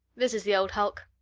this is the old hulk.